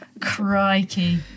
Crikey